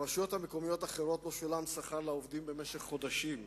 ברשויות מקומיות אחרות לא שולם שכר לעובדים במשך חודשים.